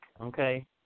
okay